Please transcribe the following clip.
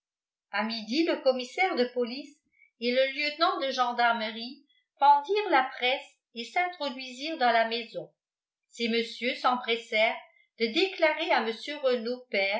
à midi le commissaire de police et le lieutenant de gendarmerie fendirent la presse et s'introduisirent dans la maison ces messieurs s'empressèrent de déclarer à